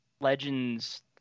legends